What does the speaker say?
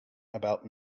about